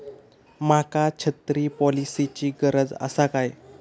माका छत्री पॉलिसिची गरज आसा काय?